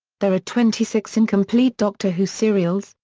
there are twenty six incomplete doctor who serials,